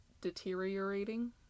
deteriorating